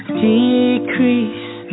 decrease